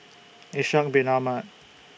Ishak Bin Ahmad